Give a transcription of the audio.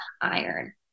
iron